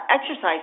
exercise